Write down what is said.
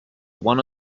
one